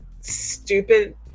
stupid